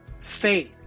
Faith